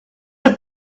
have